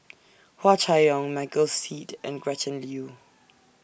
Hua Chai Yong Michael Seet and Gretchen Liu